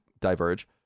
diverge